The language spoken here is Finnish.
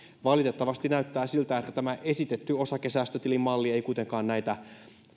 valitettavasti näyttää siltä että tämä esitetty osakesäästötilimalli ei kuitenkaan näitä